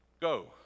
go